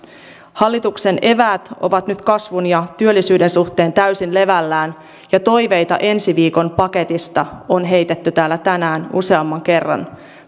hallituksen eväät ovat nyt kasvun ja työllisyyden suhteen täysin levällään ja toiveita ensi viikon paketista on heitetty täällä tänään useamman kerran